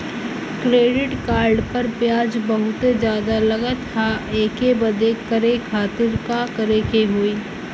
Credit card पर ब्याज बहुते ज्यादा लगत ह एके बंद करे खातिर का करे के होई?